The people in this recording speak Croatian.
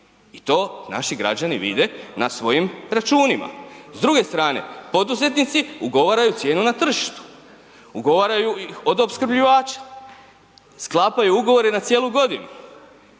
i to naši građani vide na svojim računima. S druge strane, poduzetnici ugovaraju cijenu na tržištu, ugovaraju ih od opskrbljivača, sklapaju ugovore na cijelu godinu